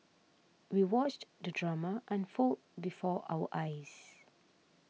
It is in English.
we watched the drama unfold before our eyes